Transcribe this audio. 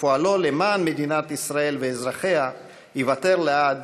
ופועלו למען מדינת ישראל ואזרחיה ייוותר לעד